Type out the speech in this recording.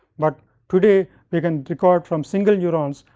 but today we can record from single neurons,